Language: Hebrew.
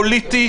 מוסרי.